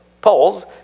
polls